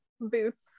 Boots